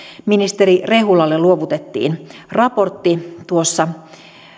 ministeri rehulalle luovutettiin raportti tuossa